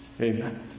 amen